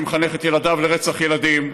שמחנך את ילדיו לרצח ילדים,